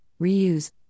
reuse